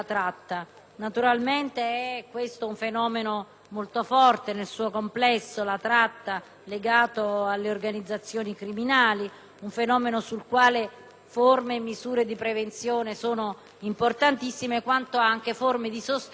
legato alle organizzazioni criminali. Si tratta di un fenomeno relativamente al quale forme e misure di prevenzione sono importantissime, quanto anche forme di sostegno soprattutto a chi decide di denunciare. Pertanto, il gratuito patrocinio ci sembra